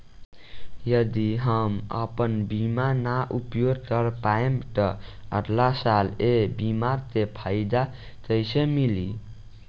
यदि हम आपन बीमा ना उपयोग कर पाएम त अगलासाल ए बीमा के फाइदा कइसे मिली?